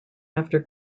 after